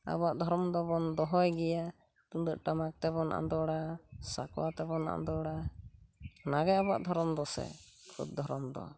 ᱟᱵᱚᱣᱟᱜ ᱫᱷᱚᱨᱚᱢ ᱫᱚᱵᱚᱱ ᱫᱚᱦᱚᱭ ᱜᱮᱭᱟ ᱛᱩᱢᱫᱟᱹᱜ ᱴᱟᱢᱟᱠ ᱛᱮᱵᱚᱱ ᱟᱸᱫᱳᱲᱟ ᱥᱟᱠᱚᱣᱟ ᱛᱮᱵᱚᱱ ᱟᱸᱫᱳᱲᱟ ᱚᱱᱟᱜᱮ ᱟᱵᱚᱣᱟᱜ ᱫᱷᱚᱨᱚᱢ ᱫᱚ ᱥᱮ ᱠᱷᱩᱵ ᱫᱷᱚᱨᱚᱢ ᱫᱚ